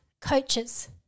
coaches